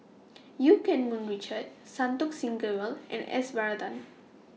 EU Keng Mun Richard Santokh Singh Grewal and S Varathan